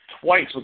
twice